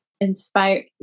inspire